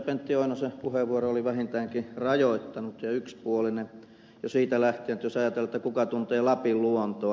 pentti oinosen puheenvuoro oli vähintäänkin rajoittunut ja yksipuolinen jo siitä lähtien jos ajatellaan kuka tuntee lapin luontoa